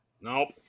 Nope